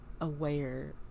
aware